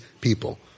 people